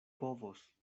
povos